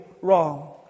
wrong